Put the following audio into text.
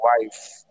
wife